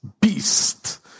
beast